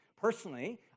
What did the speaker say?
Personally